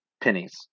pennies